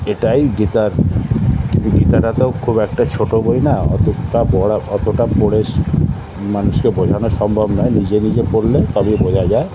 এটাই গীতার কিন্তু গীতাটা তো খুব একটা ছোট বই না অতটা পড়া অতটা পড়ে মানুষকে বোঝানো সম্ভব না নিজে নিজে পড়লে তাহলেই বোঝা যায়